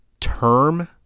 term